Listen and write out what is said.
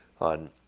on